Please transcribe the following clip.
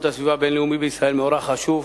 הסביבה הבין-לאומי בישראל מאורע חשוב